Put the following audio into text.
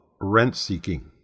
rent-seeking